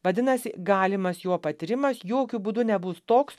vadinasi galimas jo patyrimas jokiu būdu nebus toks